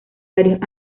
varios